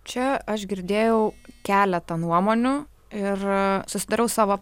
čia aš girdėjau keletą nuomonių ir susidariau savo